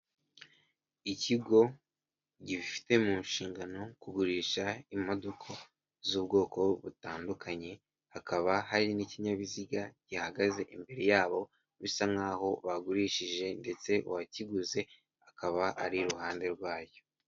Ikigo gifite mu nshingano kugurisha imodoka z'ubwoko butandukanye, hakaba hari n'ikinyabiziga gihagaze imbere yabo bisa nk'aho bagurishije ndetse uwakiguze akaba ari iruhande rwacyo.